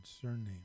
surname